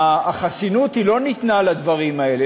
החסינות, היא לא ניתנה לדברים האלה.